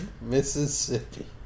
Mississippi